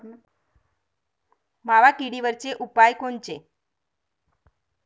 मावा किडीवरचे उपाव कोनचे?